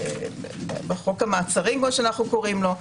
בחוק המעצרים שאנו קוראים לו,